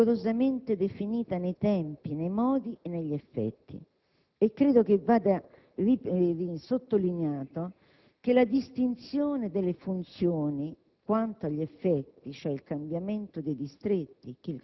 con la riforma Castelli, e però di fare proprie le esigenze di una riforma organica. La discontinuità sta proprio nel fatto che si è cercato di rendere più forti, più espliciti,